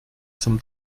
zum